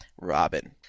Robin